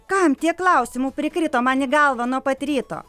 kam tiek klausimų prikrito man į galvą nuo pat ryto